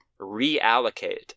reallocate